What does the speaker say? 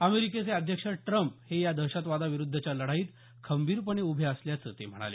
अमेरिकेचे अध्यक्ष ट्रम्प हे या दहशत वादाविरूद्धच्या लढाईत खंबीरपणे उभे असल्याचं ते म्हणाले